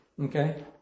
Okay